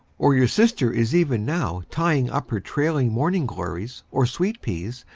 or your sister is even now tying up her trailing morning-glories, or sweet peas,